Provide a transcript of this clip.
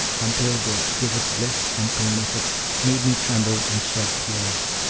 until the exquisite bliss and pain of it made me tremble and shed tears,